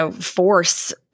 force